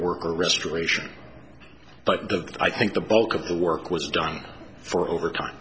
work or restoration but i think the bulk of the work was done for overtime